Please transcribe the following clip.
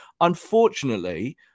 unfortunately